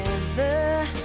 together